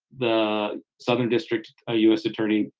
the southern district u s. attorney,